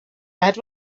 that